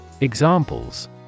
Examples